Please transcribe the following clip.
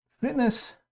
fitness